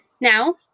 Now